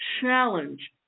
challenge